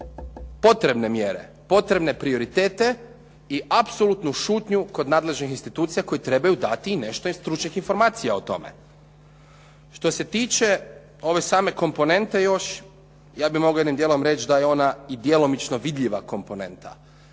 potrebne mjere, potrebne prioritete i apsolutnu šutnju kod nadležnih institucija koje trebaju dati i nešto stručnih informacija o tome. Što se tiče ove same komponente još, ja bih mogao jednim dijelom reći da je ona i djelomično vidljiva komponenta.